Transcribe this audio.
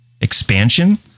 expansion